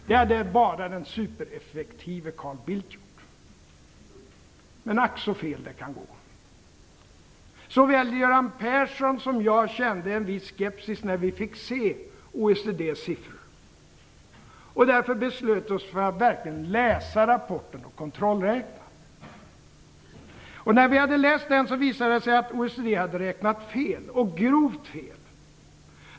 Det hade bara den supereffektive Carl Bildt gjort. Men ack så fel det kan gå. Såväl Göran Persson som jag kände en viss skepsis när vi fick se OECD:s siffror. Därför beslöt vi oss för att verkligen läsa rapporten och att kontrollräkna. När vi hade läst den visade det sig att OECD hade räknat fel, och grovt fel.